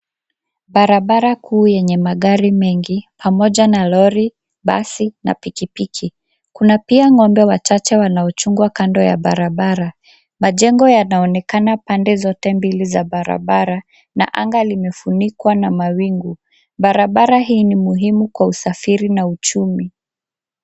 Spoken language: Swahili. Barabara kuu yenye magari mengi pamoja na lori, basi na pikipiki kuna pia ngombe wachache wanaochungwa kando ya barabara. Majengo yana onekana kando ya pande zote za barabara na anga limefunikwa na mawingu. Barabara hii ni muhimu kwa usafiri na uchumi.